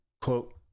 quote